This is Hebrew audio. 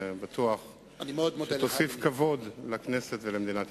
ואני בטוח שתוסיף כבוד לכנסת ולמדינת ישראל.